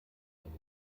eine